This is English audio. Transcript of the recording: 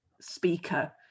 speaker